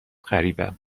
غریبم